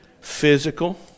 Physical